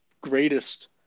greatest